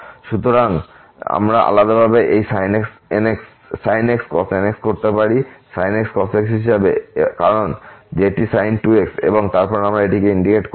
সুতরাং আমরা আলাদাভাবে এই sin x cos nx করতে পারি sin x cos x হিসাবে কারণ যেটি sin 2x এবং তারপর আমরা এই ইন্টিগ্রেট করতে করবো